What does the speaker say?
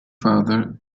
father